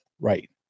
right